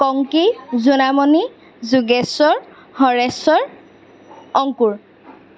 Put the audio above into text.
Konki Jonamoni Jogeshwar Hareshwar Ankur